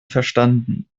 verstanden